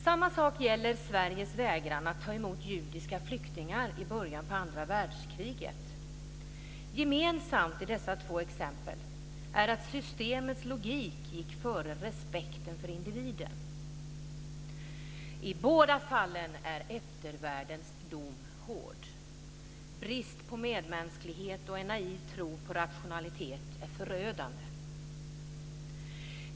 Samma sak gäller Sveriges vägran att ta emot judiska flyktingar i början av andra världskriget. Gemensamt i dessa två exempel är att systemets logik gick före respekten för individen. I båda fallen är eftervärldens dom hård. Brist på medmänsklighet och en naiv tro på rationalitet är förödande.